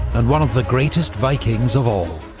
and one of the greatest vikings of all.